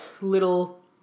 little